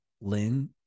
Lynn